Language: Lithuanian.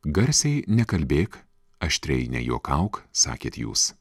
garsiai nekalbėk aštriai nejuokauk sakėt jūs